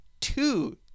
two